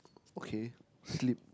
okay sleep